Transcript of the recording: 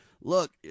look